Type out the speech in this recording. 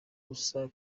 gusa